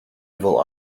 evil